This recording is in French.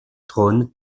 trône